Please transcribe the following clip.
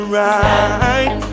right